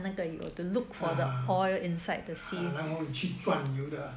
ah ah ah 然后去转油的